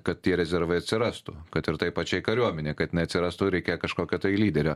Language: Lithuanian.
kad tie rezervai atsirastų kad ir tai pačiai kariuomenei kad jinai atsirastų reikia kažkokio tai lyderio